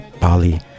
Bali